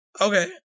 Okay